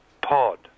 pod